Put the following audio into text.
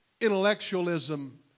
intellectualism